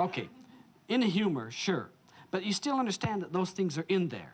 ok in humor sure but you still understand that those things are in there